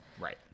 right